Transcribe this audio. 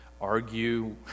Argue